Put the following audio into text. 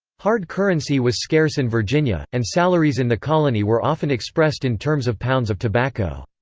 hard currency was scarce in virginia, and salaries in the colony were often expressed in terms of pounds of tobacco.